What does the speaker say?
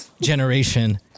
generation